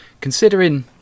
considering